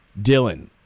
Dylan